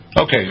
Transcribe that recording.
Okay